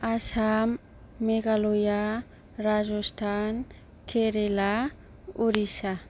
Assam Meghalaya Rajasthan Kerala Orissa